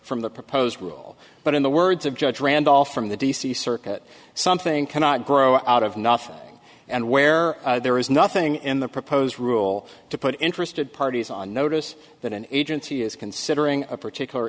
from the proposed rule but in the words of judge randolph from the d c circuit something cannot grow out of nothing and where there is nothing in the proposed rule to put interested parties on notice that an agency is considering a particular